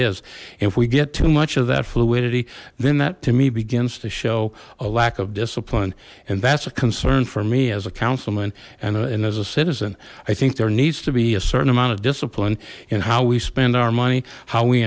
is if we get too much of that fluidity then that to me begins to show a lack of discipline and that's a concern for me as a councilman and as a citizen i think there needs to be a certain amount of discipline in how we spend our money how we